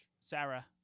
Sarah